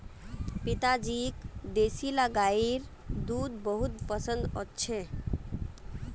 पिताजीक देसला गाइर दूध बेहद पसंद छेक